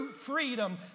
freedom